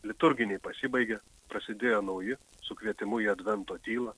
liturginiai pasibaigė prasidėjo nauji su kvietimu į advento tylą